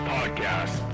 Podcast